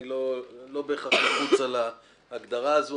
אני לא בהכרח לחוץ על ההגדרה הזו,